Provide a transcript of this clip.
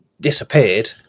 disappeared